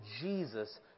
Jesus